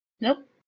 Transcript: Nope